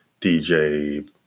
DJ